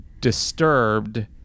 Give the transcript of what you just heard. disturbed